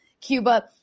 Cuba